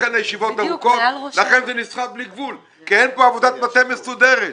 לכן הישיבות ארוכות ולכן זה נסחב בלי גבול כי אין כאן עבודת מטה מסודרת.